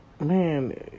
Man